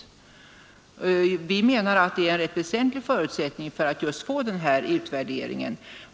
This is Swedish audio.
Vi anser det vara en väsentlig förutsättning för denna utvärdering.